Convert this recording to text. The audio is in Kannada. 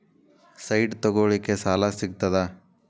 ಸೈಟ್ ತಗೋಳಿಕ್ಕೆ ಸಾಲಾ ಸಿಗ್ತದಾ?